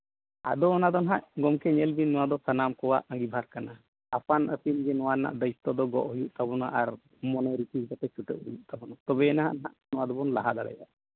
ᱟᱫᱚ ᱚᱱᱟ ᱫᱚ ᱱᱟᱜ ᱜᱚᱢᱠᱮ ᱧᱮᱞ ᱵᱤᱱ ᱱᱚᱣᱟ ᱫᱚ ᱥᱟᱱᱟᱢ ᱠᱚᱣᱟᱜ ᱟᱺᱜᱤᱵᱷᱟᱨ ᱠᱟᱱᱟ ᱟᱹᱯᱟᱱᱼᱟᱹᱯᱤᱱ ᱜᱮ ᱱᱚᱣᱟ ᱨᱮᱱᱟᱜ ᱫᱟᱭᱤᱛᱛᱚ ᱫᱚ ᱜᱚᱜ ᱦᱩᱭᱩᱜ ᱛᱟᱵᱚᱱᱟ ᱟᱨ ᱢᱚᱱᱮ ᱨᱤᱠᱤᱲ ᱠᱟᱛᱮ ᱪᱷᱩᱴᱟᱹᱜ ᱦᱩᱭᱩᱜ ᱛᱟᱵᱚᱱᱟ ᱛᱚᱵᱮᱭᱮᱱᱟ ᱱᱚᱣᱟ ᱫᱚᱵᱚᱱ ᱞᱟᱦᱟ ᱫᱟᱲᱮᱭᱟᱜᱼᱟ